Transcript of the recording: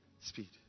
speed